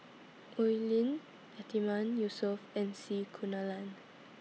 Oi Lin Yatiman Yusof and C Kunalan